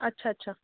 अच्छा अच्छा